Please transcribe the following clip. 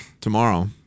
Tomorrow